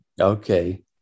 Okay